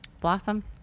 Blossom